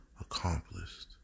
Accomplished